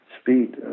speed